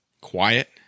quiet